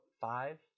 five